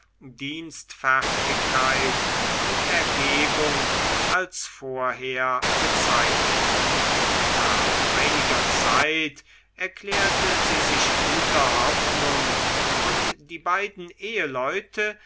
dienstfertigkeit und ergebung als vorher bezeigte nach einiger zeit erklärte sie sich guter hoffnung und die beiden eheleute